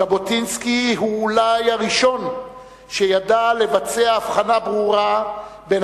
ז'בוטינסקי הוא אולי הראשון שידע לבצע הבחנה ברורה בין